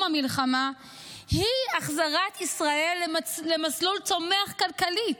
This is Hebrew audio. המלחמה היא החזרת ישראל למסלול צומח כלכלית.